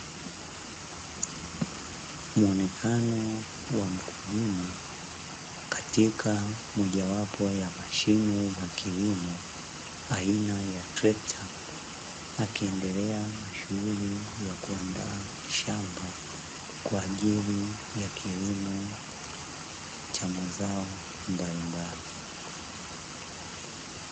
Muonekano wa mkulima katika mojawapo ya mashine za kilimo aina ya trekta akiendelea na shughuli za kuandaa shamba kwa ajili ya kilimo cha mazao mbalimbali.